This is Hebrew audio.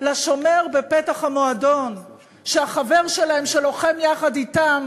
לשומר בפתח המועדון שהחבר שלהם, שלוחם יחד אתם,